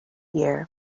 year